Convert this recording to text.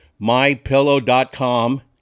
mypillow.com